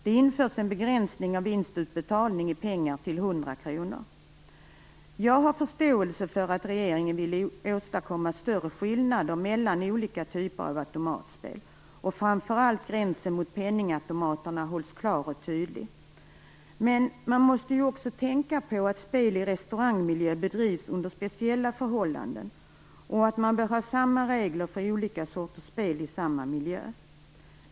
Det införs en begränsning av vinstutbetalning i pengar till 100 kr. Jag har förståelse för att regeringen vill åstadkomma större skillnader mellan olika typer av automatspel och vill att framför allt gränsen mot penningautomaterna hålls klar och tydlig. Men man måste också tänka på att spel i restaurangmiljö bedrivs under speciella förhållanden och att man bör ha samma regler för olika sorters spel i samma miljö.